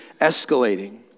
escalating